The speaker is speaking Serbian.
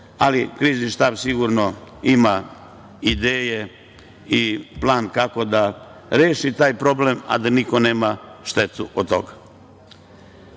Krizni štab sigurno ima ideje i plan kako da reši taj problem, a da niko nema štetu od